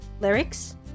lyrics